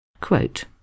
Quote